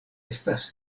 estas